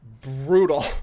brutal